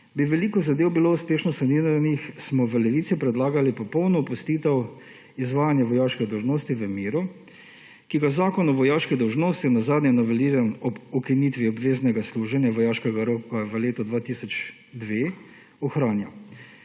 veliko zadev uspešno saniranih, smo v Levici predlagali popolno opustitev izvajanja vojaške dolžnosti v miru, ki ga Zakon o vojaški dolžnosti, nazadnje noveliran ob ukinitvi obveznega služenja vojaškega roka v letu 2002, ohranja.